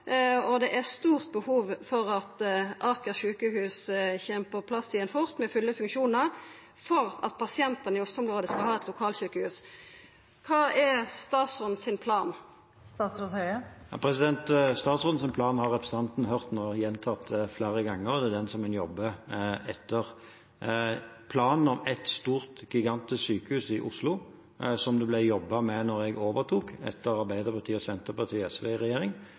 og det er stort behov for at Aker sykehus kjem på plass att fort med fulle funksjonar for at pasientane i Oslo-området skal ha eit lokalsjukehus. Kva er statsrådens plan? Statsrådens plan har representanten nå hørt gjentatte ganger. Det er den en jobber etter. Planen om et stort gigantisk sykehus i Oslo, som det ble jobbet med da jeg overtok etter Arbeiderpartiet, Senterpartiet og SV i regjering,